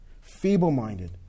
feeble-minded